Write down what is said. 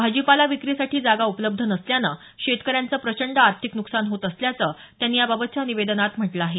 भाजीपाला विक्रीसाठी जागा उपलब्ध नसल्यानं शेतकऱ्यांचं प्रचंड आर्थिक नुकसान होत असल्याचं त्यांनी याबाबतच्या निवेदनात म्हटलं आहे